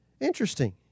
Interesting